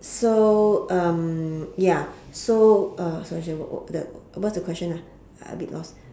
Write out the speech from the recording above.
so um ya so uh sorry sorry what what the what's the question ah I a bit lost